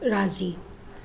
राज़ी